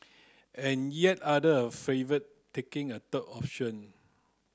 and yet other favour taking a third option